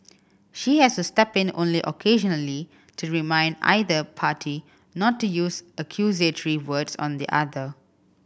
she has to step in only occasionally to remind either party not to use accusatory words on the other